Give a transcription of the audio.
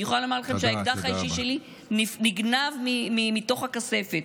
אני יכולה לומר לכם שהאקדח האישי שלי נגנב מתוך הכספת.